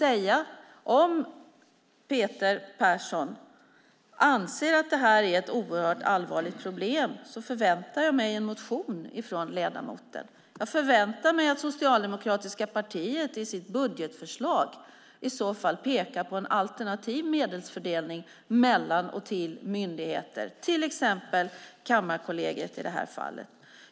Om Peter Persson anser att det här är ett oerhört allvarligt problem förväntar jag mig en motion från ledamoten. Jag förväntar mig att socialdemokratiska partiet i sitt budgetförslag i så fall pekar på en alternativ medelsfördelning mellan och till myndigheter, till exempel till Kammarkollegiet, i det här fallet.